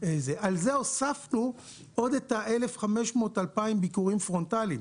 ועל זה הוספנו 1,500, 2,000 ביקורים פרונטאליים.